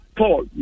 paul